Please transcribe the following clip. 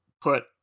put